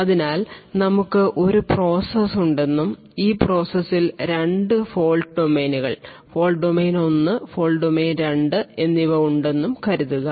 അതിനാൽ നമുക്ക് ഒരു പ്രോസസ്സ് ഉണ്ടെന്നും ഈ പ്രോസസ്സിൽ 2 ഫോൾട് ഡൊമെയ്നുകൾ ഫോൾട് ഡൊമെയ്ൻ 1 ഫോൾട് ഡൊമെയ്ൻ 2 എന്നിവ ഉണ്ടെന്നും കരുതുക